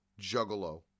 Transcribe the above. juggalo